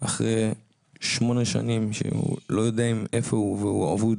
אחרי שמונה שנים אחרי שלא יודעים איפה הוא והוא אבוד,